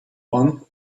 one